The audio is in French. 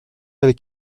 avec